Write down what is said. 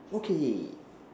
okay